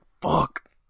fuck